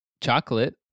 chocolate